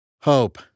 Hope